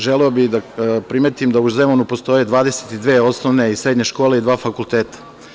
Želeo bih da primetim da u Zemunu postoje 22 osnovne i srednje škole i dva fakulteta.